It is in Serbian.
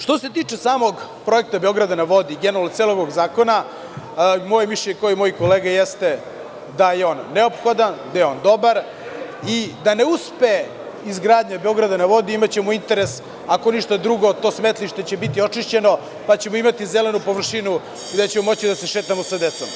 Što se tiče samog projekta „Beograda na vodi“, poenta celog ovog Zakona, moje mišljenje je, kao i kod mog kolege, jeste da je on neophodan, da je on dobar i da ne uspe izgradnja „Beograda na vodi“ imaćemo interes, ako ništa drugo, to smetlište će biti očišćeno, pa ćemo imati zelenu površinu, gde ćemo moći da se šetamo sa decom.